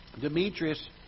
Demetrius